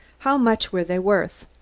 how much were they worth?